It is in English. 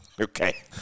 Okay